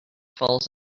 falls